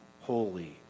holy